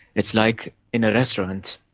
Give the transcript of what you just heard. it's like in a restaurant.